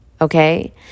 Okay